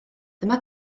dyma